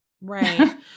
Right